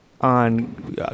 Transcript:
on